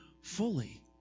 fully